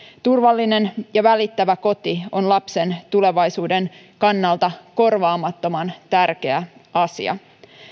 turvallinen ja välittävä koti on lapsen tulevaisuuden kannalta korvaamattoman tärkeä asia